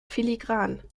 filigran